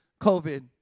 COVID